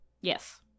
Yes